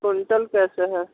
quintal कैसे हैं